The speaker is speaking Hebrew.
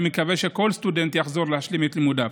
אני מקווה שכל סטודנט יחזור להשלים את לימודיו.